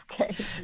Okay